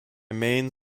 maine